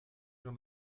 jean